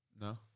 No